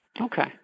Okay